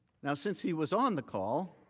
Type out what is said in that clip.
since he was on the call,